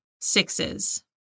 sixes